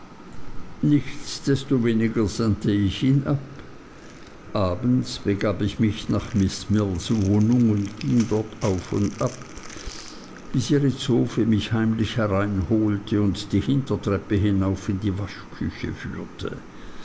ich ihn ab abends begab ich mich nach miß mills wohnung und ging dort auf und ab bis ihre zofe mich heimlich hereinholte und die hintertreppe hinauf in die waschküche führte